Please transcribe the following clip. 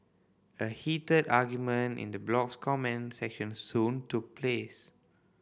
a heated argument in the blog's comment section soon took place